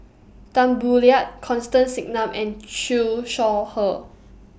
Tan Boo Liat Constance Singam and Shaw Her